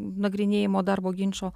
nagrinėjimo darbo ginčo